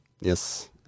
Yes